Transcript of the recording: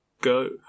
go